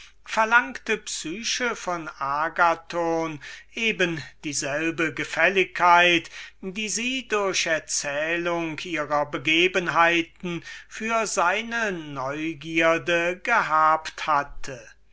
verlangte psyche von agathon eben dieselbe gefälligkeit die sie durch erzählung ihrer begebenheiten für seine neugierde gehabt hatte